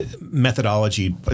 methodology